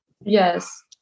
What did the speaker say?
yes